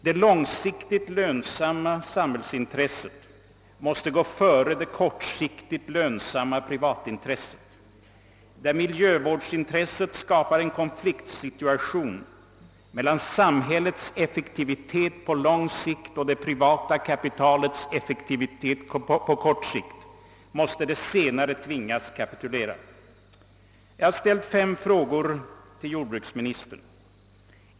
Det långsiktigt lönsamma samhällsintresset måste gå före det kortsiktigt lönsamma privatintresset. Där miljövårdsintresset skapar en konfliktsituation mellan samhällets effektivitet på lång sikt och det privata kapitalets effektivitet på kort sikt måste det senare tvingas kapitulera. Jag har ställt fem frågor till jordbruksministern.